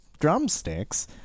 drumsticks